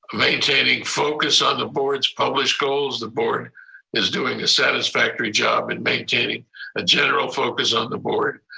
maintaining focus on the board's published goals. the board is doing a satisfactory job in maintaining a general focus on the board.